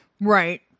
Right